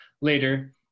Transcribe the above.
later